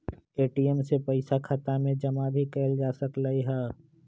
ATM से पइसा खाता में जमा भी कएल जा सकलई ह